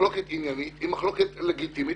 מחלוקת עניינית שהיא מחלוקת לגיטימית